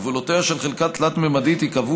גבולותיה של חלקה תלת-ממדית ייקבעו